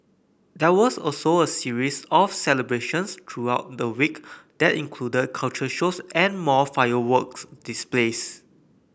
there was also a series of celebrations throughout the week that included cultural shows and more fireworks displays